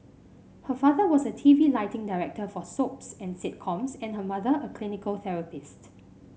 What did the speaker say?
her father was a T V lighting director for soaps and sitcoms and her mother a clinical therapist